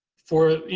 for you